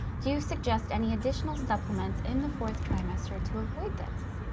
do you suggest any additional supplements in the fourth trimester to avoid this?